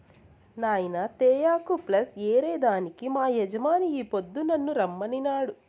నాయినా తేయాకు ప్లస్ ఏరే దానికి మా యజమాని ఈ పొద్దు నన్ను రమ్మనినాడు